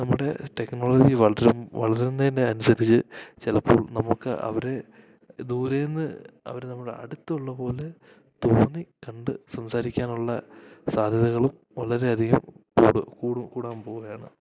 നമ്മുടെ ടെക്നോളജി വളരും വളരുന്നതിന് അനുസരിച്ച് ചിലപ്പോൾ നമുക്ക് അവരേ ദൂരേന്ന് അവർ നമ്മുടെ അടുത്തുള്ള പോലെ തോന്നി കണ്ട് സംസാരിക്കാൻ ഉള്ള സാധ്യതകളും വളരെ അധികം കൂട് കൂടും കൂടാൻ പോവുകയാണ്